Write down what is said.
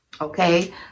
okay